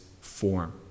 form